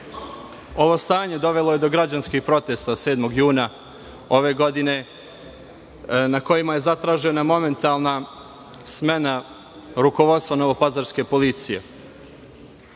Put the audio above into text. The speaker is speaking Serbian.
stanje dovelo je do građanskih protesta 7. juna ove godine, na kojima je zatražena momentalna smena rukovodstva novopazarske policije.